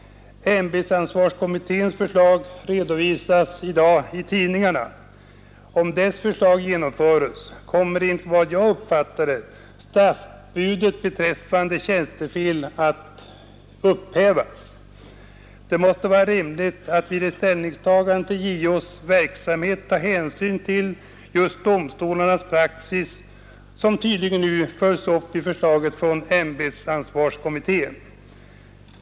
Ämbetsansvarskommitténs förslag redovisas i dag i tidningarna. Om dess förslag genomförs kommer, som jag uppfattar det, straffbudet beträffande tjänstefel att upphävas. Det måste vara rimligt att vid ställningstagandet till JO:s verksamhet ta hänsyn till domstolarnas praxis, som tydligen nu följs upp i förslaget från ämbetsansvarskommittén.